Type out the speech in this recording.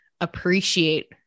appreciate